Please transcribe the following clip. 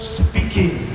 speaking